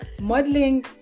modeling